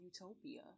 utopia